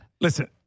Listen